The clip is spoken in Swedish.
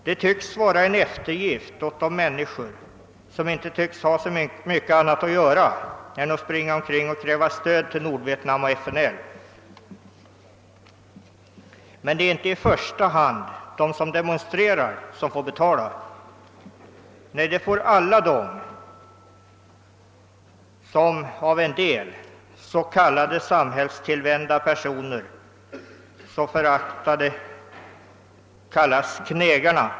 Det tycks vara en eftergift åt de människor som inte tycks ha så mycket annat att göra än att springa omkring och kräva stöd åt Nordvietnam och FNL. Men det är inte i första hand de som demonstrerar som får betala. Nej, det får alla de som av en del s.k. samhällstillvända personer föraktfullt kallas knegare.